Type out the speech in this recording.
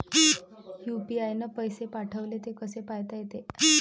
UPI न पैसे पाठवले, ते कसे पायता येते?